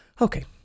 okay